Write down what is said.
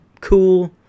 cool